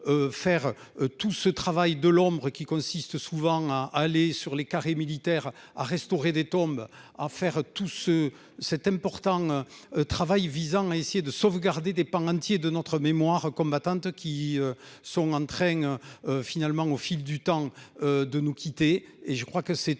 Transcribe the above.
faire tout ce travail de l'ombre et qui consiste souvent à aller sur les carré militaire à restaurer des tombes à faire tout ce cet important. Travail visant à essayer de sauvegarder des pans entiers de notre mémoire combattante qui. Sont en train. Finalement, au fil du temps de nous quitter et je crois que c'est